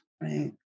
Right